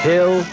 Hill